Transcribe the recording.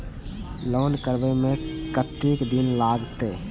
Loan करबे में कतेक दिन लागते?